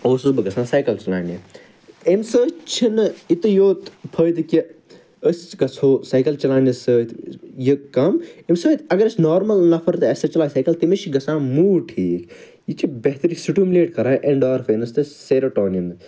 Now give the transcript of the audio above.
اوسُس بہٕ گَژھان سایکَل چَلاونہٕ اَمہِ سۭتۍ چھُنہٕ یُتے یوت فٲیدٕ کہِ أسۍ گَژھو سایکل چلاونہٕ سۭتۍ یہِ کم اَمہِ سۭتۍ اگر اسہِ نارمل نَفَر تہِ آسہِ سُہ تہِ چَلایہِ سایکل تٔمس چھُ گَژھان موٗڈ ٹھیٖک یہِ چھِ بہتریٖن سٹیٛومٕلیٹ کران ایٚنٛڈارفنٕز تہٕ سِراٹانیمز